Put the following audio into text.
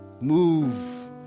move